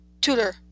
Tutor